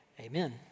amen